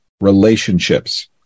relationships